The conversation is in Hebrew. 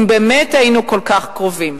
אם באמת היינו כל כך קרובים.